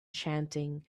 chanting